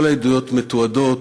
כל העדויות מתועדות,